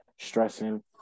stressing